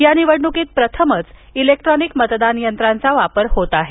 या निवडणुकीत प्रथमच इलेक्ट्रॉनिक मतदान यंत्रांचा वापर होत आहे